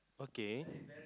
okay